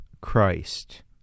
Christ